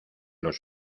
los